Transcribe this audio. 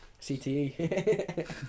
CTE